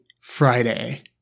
Friday